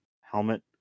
helmet